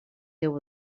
deu